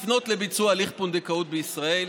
לפנות לביצוע הליך פונדקאות בישראל.